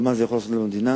ומה זה יכול לעשות לנו במדינה.